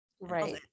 Right